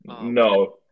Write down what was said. No